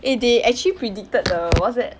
eh they actually predicted the what's that